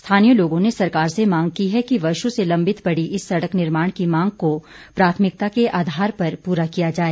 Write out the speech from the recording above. स्थानीय लोगों ने सरकार से मांग की है कि वर्षो से लंबित पड़ी इस सड़क निर्माण की मांग को प्राथमिकता के आधार पर पूरा किया जाए